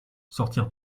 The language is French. sortir